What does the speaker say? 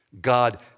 God